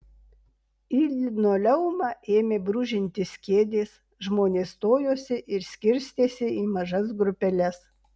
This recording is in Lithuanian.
į linoleumą ėmė brūžintis kėdės žmonės stojosi ir skirstėsi į mažas grupeles